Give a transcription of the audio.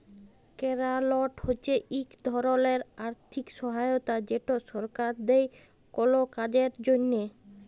গেরালট হছে ইক ধরলের আথ্থিক সহায়তা যেট সরকার দেই কল কাজের জ্যনহে